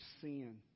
sin